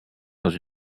dans